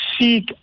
seek